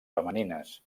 femenines